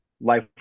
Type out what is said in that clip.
life